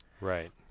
Right